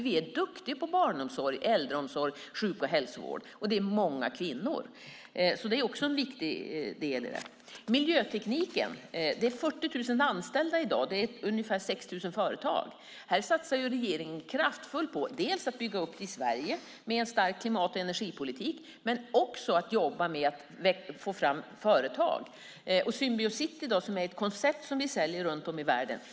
Vi är duktiga på barnomsorg, äldreomsorg, sjuk och hälsovård, och där finns många kvinnor. Det är också en viktig del. När det gäller miljötekniken är det i dag 40 000 anställda och ungefär 6 000 företag. Här satsar regeringen kraftfullt på att i Sverige bygga upp en stark klimat och energipolitik men också på att jobba med att få fram företag. Symbiocity är i dag ett koncept som vi säljer runt om i världen.